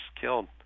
killed